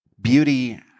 beauty